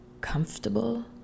comfortable